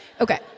Okay